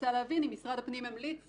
רוצה להבין אם משרד הפנים ממליץ